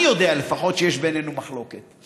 אני יודע, לפחות, שיש בינינו מחלוקת.